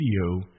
video